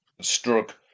struck